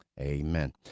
Amen